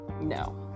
no